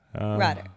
right